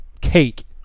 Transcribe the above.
cake